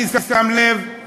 אני שם לב,